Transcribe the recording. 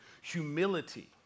humility